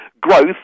growth